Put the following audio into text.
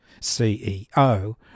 CEO